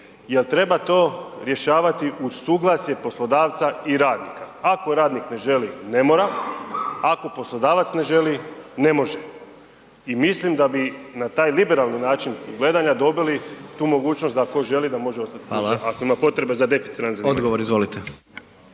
jer treba to rješavati uz suglasje poslodavca i radnika. Ako radnik ne želi ne mora a ako poslodavac ne želi ne može. I mislim da bi na taj liberalni način gledanja dobili tu mogućnost da tko želi može ostati duže ako ima potrebe za deficitarnim zanimanjima.